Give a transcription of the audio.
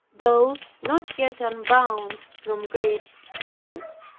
though not yet unbound from grave clothes.